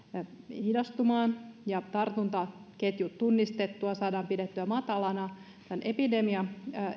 hidastumaan ja tartuntaketjut tunnistettua saadaan pidettyä matalana tämän epidemian